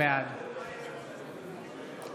בעד אביגדור ליברמן,